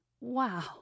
Wow